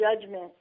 judgment